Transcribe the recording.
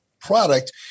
product